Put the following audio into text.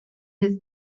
his